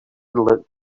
looked